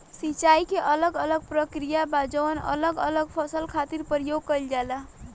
सिंचाई के अलग अलग प्रक्रिया बा जवन अलग अलग फसल खातिर प्रयोग कईल जाला